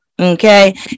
okay